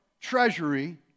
treasury